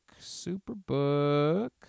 Superbook